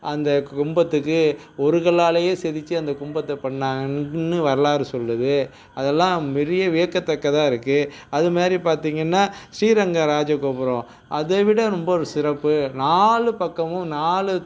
அந்த கும்பத்துக்கு ஒரு கல்லாலையே செதுச்சு அந்த கும்பத்தை பண்ணாங்கன்னு வரலாறு சொல்லுது அதெல்லாம் பெரிய வியக்கத்தக்கதாக இருக்குது அது மாதிரி பார்த்தீங்கன்னா ஸ்ரீரங்கம் ராஜ கோபுரம் அதை விட ரொம்ப சிறப்பு நாலு பக்கமும் நாலு